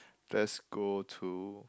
let's go to